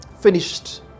finished